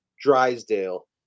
Drysdale